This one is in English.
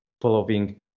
following